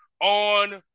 on